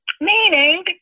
Meaning